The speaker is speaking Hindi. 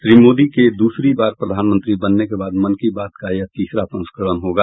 श्री मोदी के द्सरी बार प्रधानमंत्री बनने के बाद मन की बात का यह तीसरा संस्करण होगा